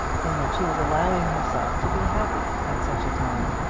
in that she was allowing herself to be happy at such a time.